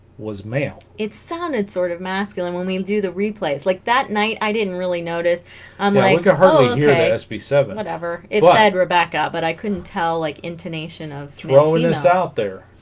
was male it sounded sort of masculine when we do the replays like that night i didn't really notice i'm like ah yeah s b seven whatever it will add rebecca but i couldn't tell like intonation of throwing us out there